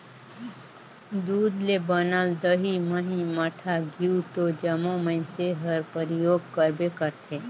दूद ले बनल दही, मही, मठा, घींव तो जम्मो मइनसे हर परियोग करबे करथे